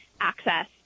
access